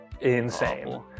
Insane